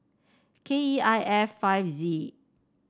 K E I F five Z